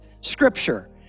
scripture